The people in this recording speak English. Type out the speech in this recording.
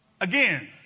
Again